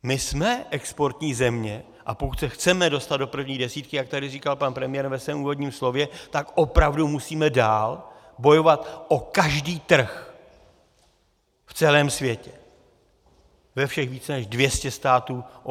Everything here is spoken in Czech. My jsme exportní země, a pokud se chceme dostat do první desítky, jak tady říkal pan premiér ve svém úvodním slově, tak opravdu musíme dál bojovat o každý trh v celém světě, ve všech více než 200 státech OSN.